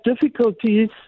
difficulties